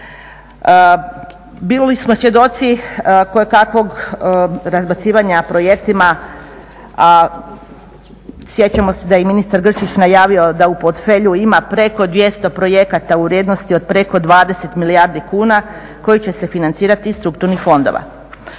Bili smo svjedoci kojekakvog razbacivanja projekta. Sjećamo se da je i ministar Grčić najavio da u portfelju ima preko 200 projekata u vrijednosti od preko 20 milijardi kuna koji će se financirati iz strukturnih fondova.